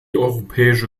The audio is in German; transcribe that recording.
europäische